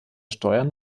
steuern